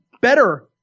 better